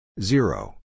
Zero